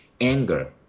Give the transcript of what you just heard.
anger